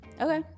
Okay